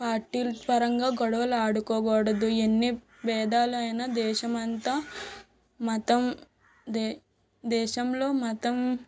పార్టీలు పరంగా గొడవలు ఆడుకోగూడదు ఎన్ని భేదాలైనా దేశమంతా మతం దే దేశంలో మతం